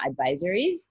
advisories